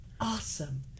Awesome